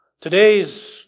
Today's